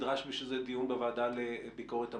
נדרש דיון בוועדה לענייני ביקורת המדינה.